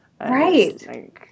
Right